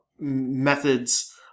methods